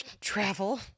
travel